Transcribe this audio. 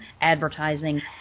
advertising